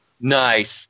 Nice